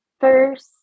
first